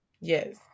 Yes